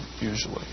usually